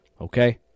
Okay